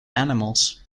animals